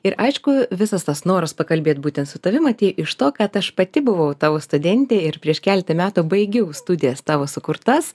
ir aišku visas tas noras pakalbėt būtent su tavim atėjo iš to kad aš pati buvau tavo studentė ir prieš keletą metų baigiau studijas tavo sukurtas